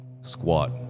squat